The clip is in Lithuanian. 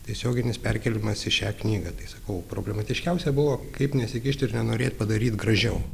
tiesioginis perkėlimas į šią knygą tai sakau problematiškiausia buvo kaip nesikišt ir nenorėt padaryt gražiau